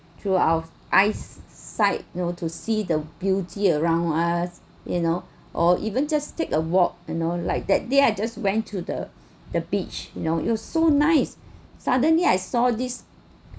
through our eyes sight you know to see the beauty around us you know or even just take a walk you know like that day I just went to the the beach you know it was so nice suddenly I saw this